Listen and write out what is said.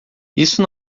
isso